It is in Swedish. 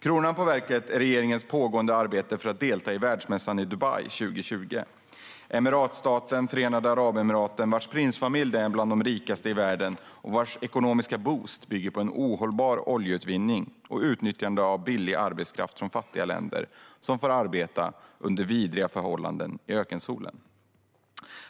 Kronan på verket är regeringens pågående arbete för att delta i världsmässan i Dubai år 2020. Vi talar här om emiratstaten Förenade Arabemiraten, vars prinsfamilj tillhör de rikaste i världen och vars ekonomiska boost bygger på en ohållbar oljeutvinning och utnyttjande av billig arbetskraft från fattiga länder, som får arbeta under vidriga förhållanden i ökensolen.